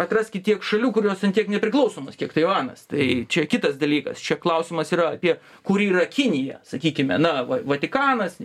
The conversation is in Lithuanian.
atraskit tiek šalių kurios ten tiek nepriklausomos kiek taivanas tai čia kitas dalykas čia klausimas yra apie kur yra kinija sakykime na va vatikanas